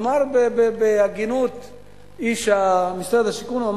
אמר בהגינות איש משרד השיכון: